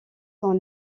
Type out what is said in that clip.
sont